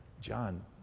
John